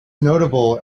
notable